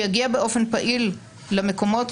שיגיע באופן פעיל למקומות,